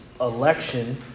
election